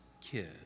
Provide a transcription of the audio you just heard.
kid